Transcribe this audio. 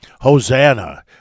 Hosanna